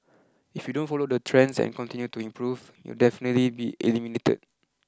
if you don't follow the trends and continue to improve you'll definitely be eliminated